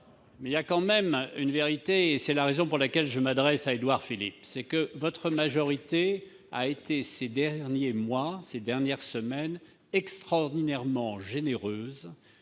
Mais il y a quand même une vérité, et c'est la raison pour laquelle je m'adresse à Édouard Philippe. Votre majorité a été, ces derniers mois, ces dernières semaines, extraordinairement généreuse,